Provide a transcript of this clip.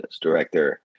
director